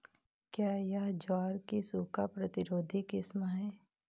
क्या यह ज्वार की सूखा प्रतिरोधी किस्म है?